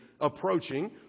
approaching